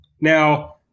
Now